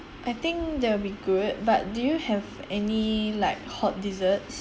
I think they'll be good but do you have any like hot desserts